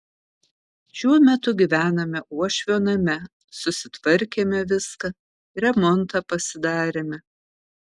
šiuo metu gyvename uošvio name susitvarkėme viską remontą pasidarėme